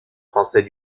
français